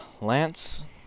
Lance